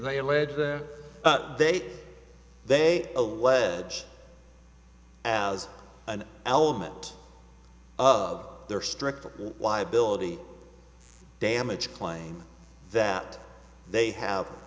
allege they they allege as an element of their strict liability damage claim that they have